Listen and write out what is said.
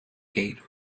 gate